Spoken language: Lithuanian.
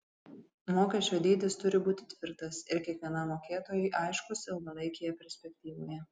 mokesčio dydis turi būti tvirtas ir kiekvienam mokėtojui aiškus ilgalaikėje perspektyvoje